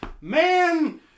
man